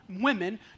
women